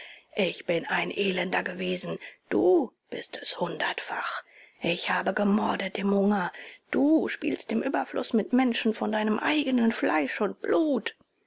ich bin ein elender gewesen du bist es hundertfach ich habe gemordet im hunger du spielst im überfluß mit menschen von deinem eigenen fleisch und blut